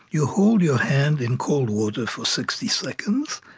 you hold your hand in cold water for sixty seconds